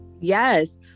Yes